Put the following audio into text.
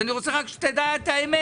אז אני רוצה רק שתדע את האמת,